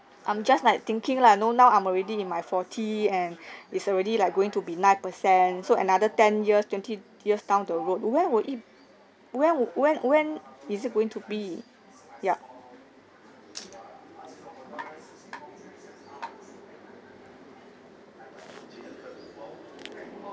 I'm just like thinking lah know now I'm already in my forty and is already like going to be nine percent so another ten years twenty years down the road where will it when when when is it going to be yup